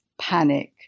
panic